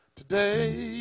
today